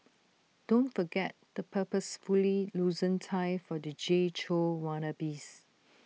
don't forget the purposefully loosened tie for the Jay Chou wannabes